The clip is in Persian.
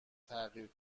تغییر